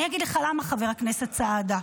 אני אגיד לך למה, חבר הכנסת סעדה,